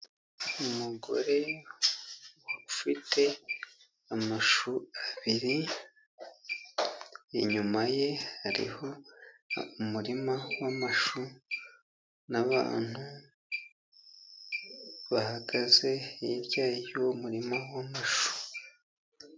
Umugore ufite amashu abiri inyuma ye hariho umurima wa amashu n'abantu bahagaze hirya yuwo murima w'amashu.